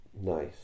Nice